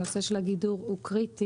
הנושא של הגידור הוא קריטי.